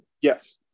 Yes